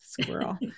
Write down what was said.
squirrel